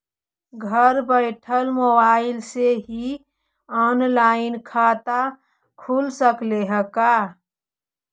घर बैठल मोबाईल से ही औनलाइन खाता खुल सकले हे का?